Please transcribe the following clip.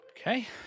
Okay